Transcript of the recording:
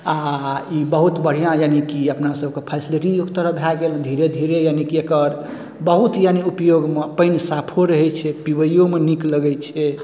आओर ई बहुत बढ़िआँ यानिकि अपना सबके फैसिलिटी ओइ तरहक भए गेल धीरे धीरे यानिकि एकर बहुत यानि उपयोगमे पानि साफो रहे छै पीबैयोमे नीक लगै छै